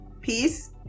peace